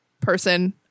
person